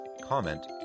comment